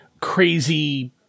crazy